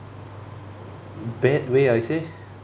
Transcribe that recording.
bad way I say